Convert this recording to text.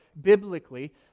biblically